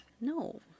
No